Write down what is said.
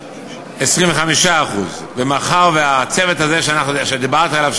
25%. ומאחר שהצוות הזה שדיברתי עליו,